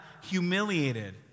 humiliated